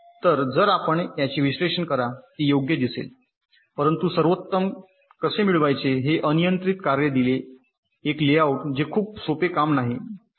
तर जर आपण याचे विश्लेषण करा ते योग्य दिसेल परंतु सर्वोत्तम कसे मिळवायचे हे अनियंत्रित कार्य दिले एक लेआउट जे खूप सोपे काम नाही